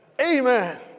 Amen